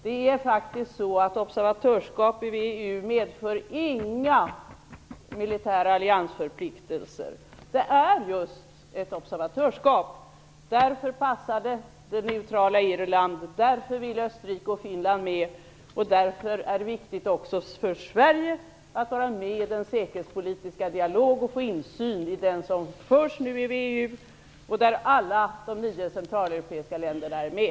Det är faktiskt så att observatörsskap i VEU inte medför några militära alliansförpliktelser. Det är just ett observatörsskap. Därför passar det för det neutrala Irland, därför vill Österrike och Finland med, och därför är det också viktigt för Sverige att vara med och få insyn i den säkerhetspolitiska dialog som nu förs i EU och där alla de nio Centraleuropeiska länderna är med.